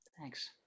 Thanks